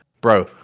bro